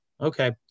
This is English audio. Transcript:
Okay